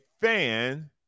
fan